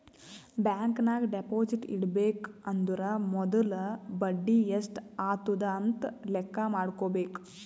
bank ನಾಗ್ deposit ಇಡಬೇಕ ಅಂದುರ್ ಮೊದುಲ ಬಡಿ ಎಸ್ಟ್ ಆತುದ್ ಅಂತ್ ಲೆಕ್ಕಾ ಮಾಡ್ಕೋಬೇಕ